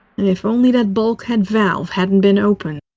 if only that bulkhead valve hadn't been open.